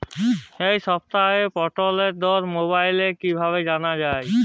এই সপ্তাহের পটলের দর মোবাইলে কিভাবে জানা যায়?